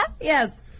Yes